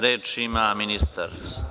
Reč ima ministar.